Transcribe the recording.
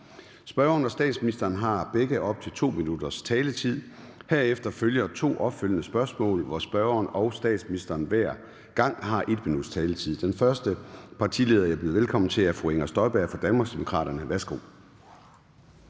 Spørgeren og statsministeren har begge op til 2 minutters taletid. Herefter følger to opfølgende spørgsmål, hvor spørgeren og statsministeren hver gang har 1 minuts taletid. Den første partileder, jeg vil byde velkommen til, er fru Inger Støjberg fra Danmarksdemokraterne.